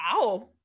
Wow